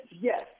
Yes